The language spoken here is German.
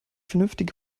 vernünftige